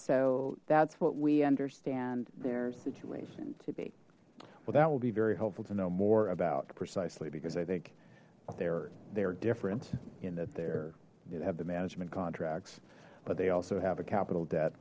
so that's what we understand their situation to be well that will be very helpful to know more about precisely because i think they're they're different in that they're you'd have the management contracts but they also have a capital debt